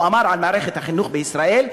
הוא אמר על מערכת החינוך בישראל,